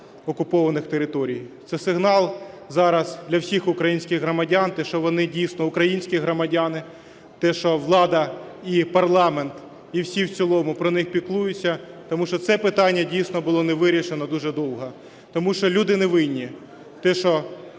Це сигнал зараз для всіх українських громадян – те, що вони, дійсно, українські громадяни, те, що влада і парламент, і всі в цілому про них піклуються. Тому що це питання, дійсно, було не вирішено дуже довго. Тому що люди не винні